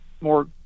more